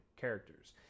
characters